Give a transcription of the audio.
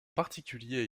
particulier